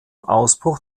ausbruch